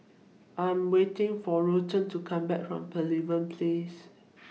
I Am waiting For Ruthanne to Come Back from Pavilion Place